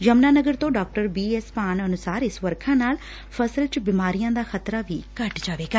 ਯਮੁਨਾਨਗਰ ਤੋਂ ਡਾ B S Bhan ਅਨੁਸਾਰ ਇਸ ਵਰਖਾ ਨਾਲ ਫਸਲ ਚ ਬਿਮਾਰੀਆਂ ਦਾ ਖਤਰਾ ਵੀ ਘੱਟ ਜਾਵੇਗਾ